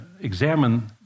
examine